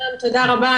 תודה רבה,